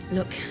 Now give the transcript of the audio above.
Look